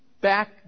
back